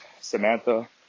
Samantha